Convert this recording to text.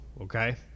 okay